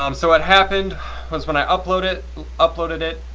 um so what happened was when i uploaded uploaded it,